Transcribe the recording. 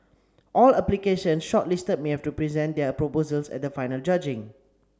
all applications shortlisted may have to present their proposals at the final judging